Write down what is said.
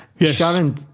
Sharon